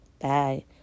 Bye